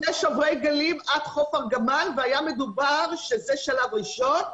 יש שוברי גלים עד חוף ארגמן והיה מדובר על כך שזה שלב ראשון,